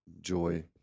joy